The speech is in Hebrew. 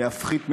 להפחית מתחים,